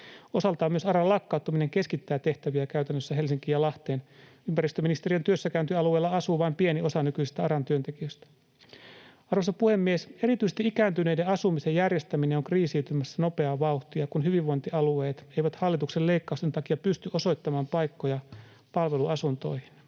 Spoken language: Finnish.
Osaltaan myös ARAn lakkauttaminen keskittää tehtäviä käytännössä Helsinkiin ja Lahteen. Ympäristöministeriön työssäkäyntialueella asuu vain pieni osa nykyisistä ARAn työntekijöistä. Arvoisa puhemies! Erityisesti ikääntyneiden asumisen järjestäminen on kriisiytymässä nopeaa vauhtia, kun hyvinvointialueet eivät hallituksen leikkausten takia pysty osoittamaan paikkoja palveluasuntoihin.